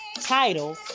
Title